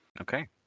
Okay